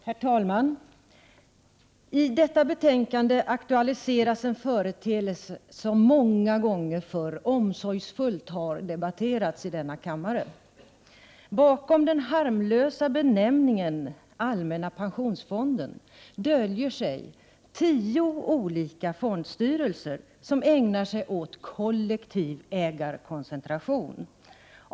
Herr talman! I detta betänkande aktualiseras en företeelse som många gånger omsorgsfullt har debatterats i denna kammare. Bakom den harmlösa benämningen allmänna pensionsfonden döljer sig tio olika fondstyrelser som ägnar sig åt kollektiv ägarkoncentration.